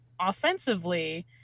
offensively